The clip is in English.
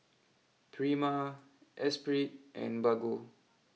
Prima Esprit and Bargo